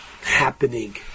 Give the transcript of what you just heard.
happening